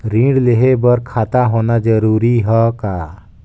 ऋण लेहे बर खाता होना जरूरी ह का?